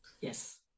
yes